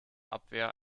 abwehr